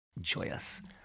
joyous